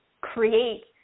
create